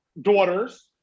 daughters